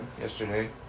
yesterday